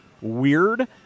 weird